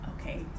okay